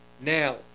Now